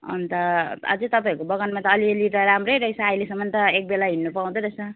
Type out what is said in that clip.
अन्त आझै तपाईँहरूको बगानमा त अलिअलि त राम्रै रहेछ अहिलेसम्म त एक बेला हिँड्नु पाउँदो रहेछ